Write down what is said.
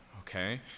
okay